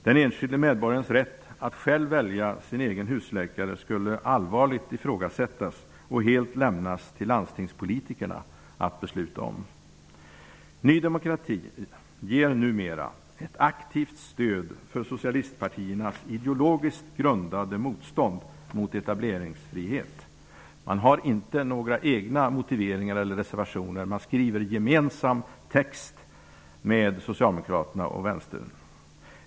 Den enskilde medborgarens rätt att själv välja sin egen husläkare skulle allvarligt ifrågasättas och helt lämnas till landstingspolitikerna att besluta om. Ny demokrati ger numera ett aktivt stöd för socialistpartiernas ideologiskt grundade motstånd mot etableringsfrihet. Man har inte några egna motiveringar eller reservationer utan skriver en gemensam text med Socialdemokraterna och Vänstern.